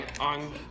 on